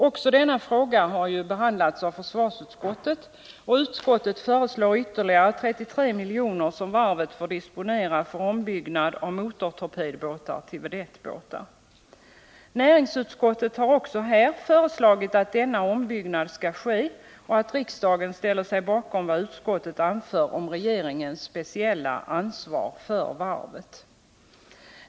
Också denna fråga har behandlats av försvarsutskottet, och utskottet föreslår ytterligare 33 milj.kr., som varvet skulle få disponera för ombyggnad av motortorpedbåtar till vedettbåtar. Näringsutskottet har också här föreslagit att denna ombyggnad skall ske och att riksdagen bör ställa sig bakom vad utskottet anför om regeringens speciella ansvar för varvet.